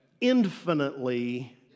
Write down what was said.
Infinitely